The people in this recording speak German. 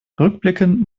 rückblickend